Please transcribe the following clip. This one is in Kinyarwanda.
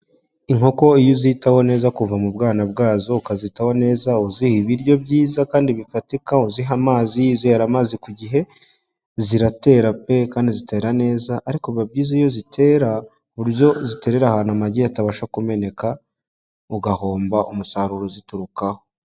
Inkoko iyo uzitaho neza kuva mu bwana bwazo ukazitaho neza uziha ibiryo byiza kandi bifatikawa, uziha amazi uzihera amazi ku gihe, ziratera pe kandi zitera neza ariko biba byiza iyo zitera ku buryo ziterera ahantu amagi atabasha kumeneka ugahomba umusaruro uziturukaho.